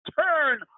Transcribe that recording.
turn